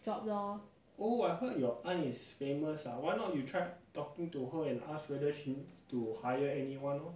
job lor